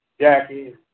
Jackie